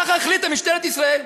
ככה החליטה משטרת ישראל.